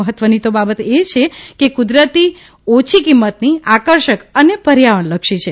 મહત્વની બાબત એ છે કે તે કુદરતી ઓછી કિંમતની આકર્ષક અને પર્યાવરણલક્ષી છે